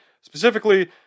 Specifically